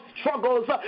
struggles